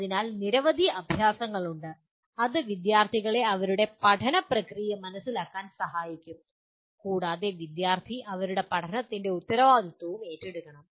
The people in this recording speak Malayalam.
അതിനാൽ നിരവധി അഭ്യാസങ്ങളുണ്ട് അത് വിദ്യാർത്ഥികളെ അവരുടെ പഠന പ്രക്രിയ മനസ്സിലാക്കാൻ സഹായിക്കും കൂടാതെ വിദ്യാർത്ഥി അവരുടെ പഠനത്തിന്റെ ഉത്തരവാദിത്വവും ഏറ്റെടുക്കണം